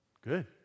Good